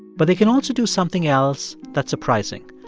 but they can also do something else that's surprising.